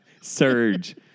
Surge